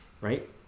right